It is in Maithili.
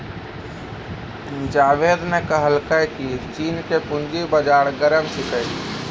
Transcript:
जावेद ने कहलकै की चीन के पूंजी बाजार गर्म छै